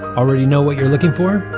already know what you're looking for?